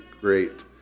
great